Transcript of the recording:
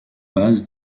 base